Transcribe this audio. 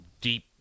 deep